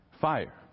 fire